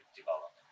develop